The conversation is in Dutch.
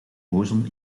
ozon